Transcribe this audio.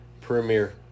premiere